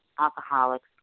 alcoholics